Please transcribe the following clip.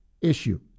issue